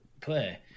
play